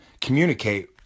communicate